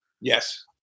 Yes